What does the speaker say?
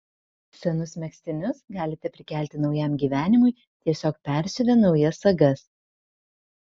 senus megztinius galite prikelti naujam gyvenimui tiesiog persiuvę naujas sagas